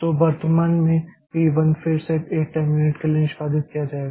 तो वर्तमान में तो P 1 फिर से 1 टाइम यूनिट के लिए निष्पादित किया जाएगा